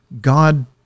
god